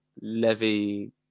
levy